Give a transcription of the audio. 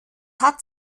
hat